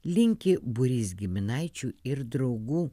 linki būrys giminaičių ir draugų